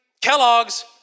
Kellogg's